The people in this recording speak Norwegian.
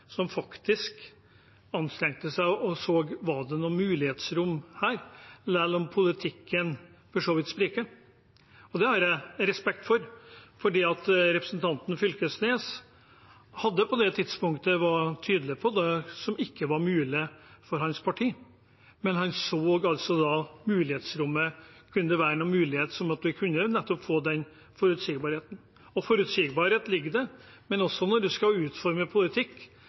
noe mulighetsrom her, selv om politikken for så vidt spriker. Det har jeg respekt for. Representanten Knag Fylkesnes var på det tidspunktet tydelig på hva som ikke var mulig for hans parti, men han så altså mulighetsrommet – kunne det være noen mulighet for nettopp å få den forutsigbarheten? Forutsigbarhet ligger der, men når det skal utformes politikk,